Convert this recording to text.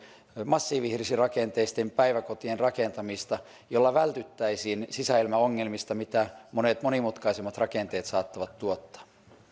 massiivihirsirakenteisten päiväkotien rakentamista jolla vältyttäisiin sisäilmaongelmilta mitä monet monimutkaisemmat rakenteet saattavat tuottaa